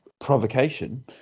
provocation